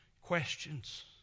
questions